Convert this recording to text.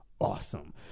awesome